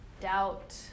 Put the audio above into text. doubt